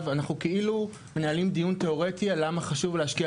אנחנו כאילו מנהלים דיון תאורטי על למה חשוב להשקיע